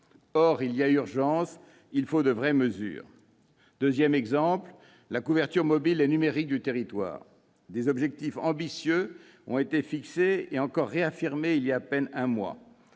Or il y a urgence. Il faut de vraies mesures. Deuxième exemple : la couverture mobile et numérique du territoire. Des objectifs ambitieux ont été fixés et réaffirmés voilà à peine un mois